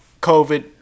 COVID